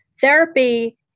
Therapy